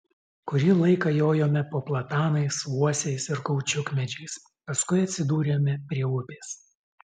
kurį laiką jojome po platanais uosiais ir kaučiukmedžiais paskui atsidūrėme prie upės